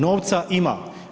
Novca ima.